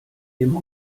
dem